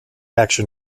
action